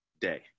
day